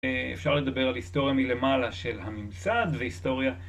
אפשר לדבר על היסטוריה מלמעלה של הממסד וההיסטוריה.